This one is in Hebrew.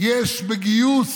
יש בגיוס